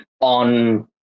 on